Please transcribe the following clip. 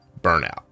Burnout